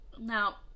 now